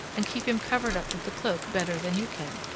and keep him covered up with the cloak better than you can.